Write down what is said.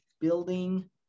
building